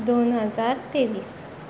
दोन हजार तेवीस